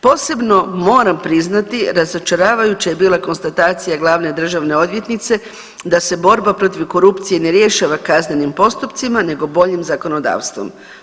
Posebno moram priznati razočaravajuća je bila konstatacija glavne državne odvjetnice da se borba protiv korupcije ne rješava kaznenim postupcima nego boljim zakonodavstvom.